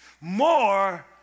more